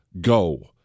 go